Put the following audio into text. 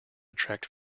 attract